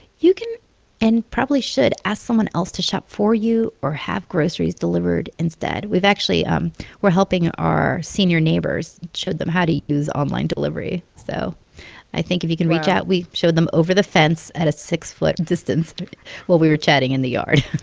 you can and probably should ask someone else to shop for you or have groceries delivered instead. we've actually um we're helping our senior neighbors showed them how to use online delivery. so i think if you can reach out. wow we showed them over the fence at a six-foot distance while we were chatting in the yard